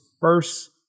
first